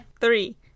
Three